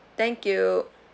thank you